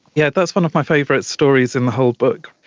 yeah that's one of my favourite stories in the whole book.